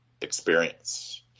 experience